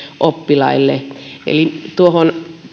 oppilaille eli kun tuohon